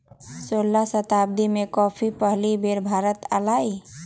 सोलह शताब्दी में कॉफी पहिल बेर भारत आलय